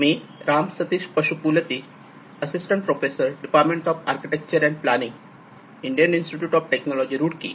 me Ram Satish Pashupulati assistant professor department of architecture and planning Indian institute of technology Roorkee